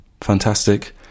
fantastic